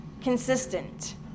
consistent